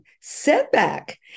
setback